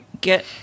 get